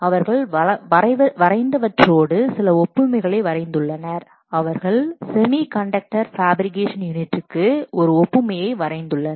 அவர்கள் வரைந்தவற்றோடு சில ஒப்புமைகளை வரைந்துள்ளனர் அவர்கள் செமி கண்டக்டர் ஃபேபிரிகேஷன் யூனிட்க்குஒரு ஒப்புமையை வரைந்துள்ளனர்